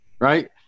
right